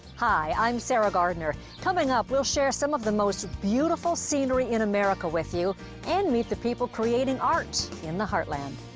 hi i'm sarah gardner. coming up, we'll share some of the most beautiful scenery in america with you and meet the people creating art in the heartland.